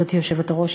גברתי היושבת-ראש,